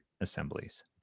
assemblies